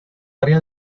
área